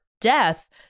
death